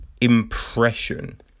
impression